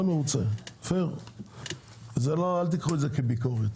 מרוצה ממה שקורה; אל תיקחו את זה כביקורת.